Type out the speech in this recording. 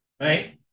Right